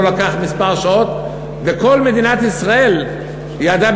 לא לקח שעות מספר וכל מדינת ישראל ידעה